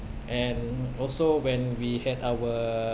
and also when we had our